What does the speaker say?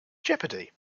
jeopardy